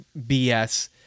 BS